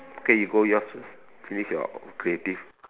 okay you go yours first finish your creative